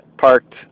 parked